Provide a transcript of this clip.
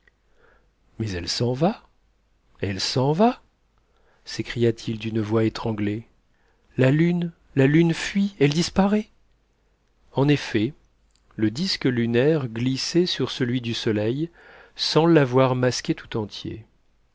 mais elle s'en va elle s'en va s'écria-t-il d'une voix étranglée la lune la lune fuit elle disparaît en effet le disque lunaire glissait sur celui du soleil sans l'avoir masqué tout entier